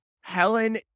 Helen